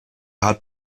hat